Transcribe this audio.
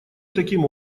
таким